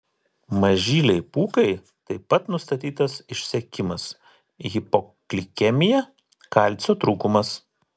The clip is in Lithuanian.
mažylei pūkai taip pat nustatytas išsekimas hipoglikemija kalcio trūkumas